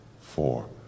four